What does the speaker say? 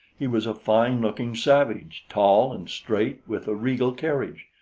he was a fine-looking savage, tall and straight with a regal carriage.